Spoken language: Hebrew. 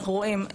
אנחנו רואים,